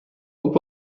ook